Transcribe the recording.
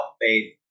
faith